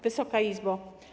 Wysoka Izbo!